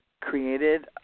created